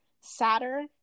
sadder